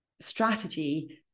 strategy